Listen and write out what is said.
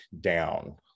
down